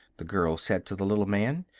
the girl said to the little man.